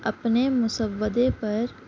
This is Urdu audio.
اپنے مسودے پر